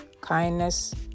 kindness